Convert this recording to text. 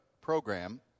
program